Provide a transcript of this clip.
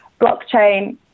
Blockchain